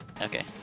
Okay